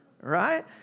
Right